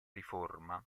riforma